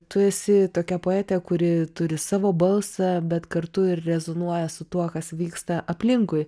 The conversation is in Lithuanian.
tu esi tokia poetė kuri turi savo balsą bet kartu ir rezonuoja su tuo kas vyksta aplinkui